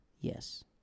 Yes